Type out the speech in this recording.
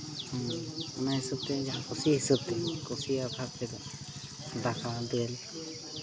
ᱚᱱᱟ ᱦᱤᱥᱟᱹᱵᱽ ᱛᱮ ᱡᱟᱦᱟᱸ ᱠᱩᱥᱤ ᱦᱤᱥᱟᱹᱵᱽ ᱛᱮ ᱠᱩᱥᱤ ᱟᱫᱷᱟᱨ ᱛᱮᱫᱚ ᱫᱟᱠᱟ ᱫᱟᱹᱞ